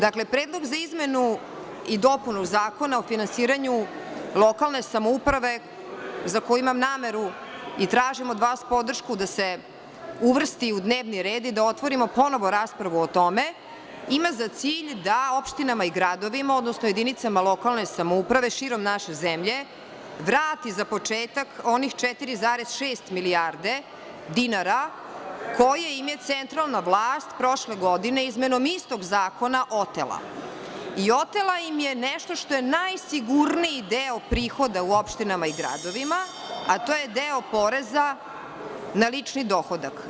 Dakle, predlog za izmenu i dopunu zakona o finansiranju lokalne samouprave, za koji imam nameru i tražim od vas podršku da se uvrsti u dnevni red i da otvorimo ponovo raspravu o tome, ima za cilj da opštinama i gradovima, odnosno jedinicama lokalne samouprave širom naše zemlje, vrati za početak onih 4,6 milijarde dinara, koji im je centralna vlast prošle godine, izmenom istog zakona, otela i otela im je nešto što je najsigurniji deo prihoda u opštinama i gradovima, a to je deo poreza na lični dohodak.